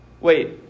wait